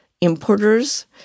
importers